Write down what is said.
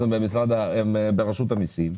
הם ברשות המיסים,